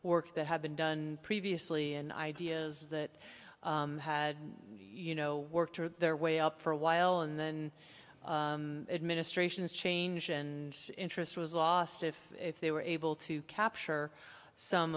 work that had been done previously and ideas that had you know worked their way up for a while and then administrations change and interest was lost if if they were able to capture some